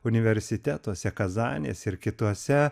universitetuose kazanės ir kituose